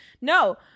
No